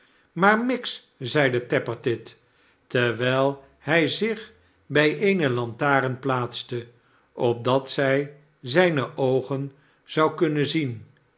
smaar miggs zeide tappertit terwijl hij zich bij eene lantaarn plaatste opdat zij zijne oogen zou kunnen zien